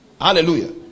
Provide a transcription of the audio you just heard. Hallelujah